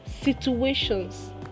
situations